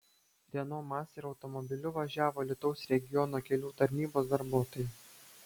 renault master automobiliu važiavo alytaus regiono kelių tarnybos darbuotojai